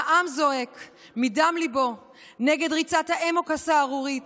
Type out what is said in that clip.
והעם זועק מדם ליבו נגד ריצת האמוק הסהרורית